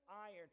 iron